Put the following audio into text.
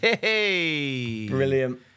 Brilliant